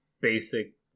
basic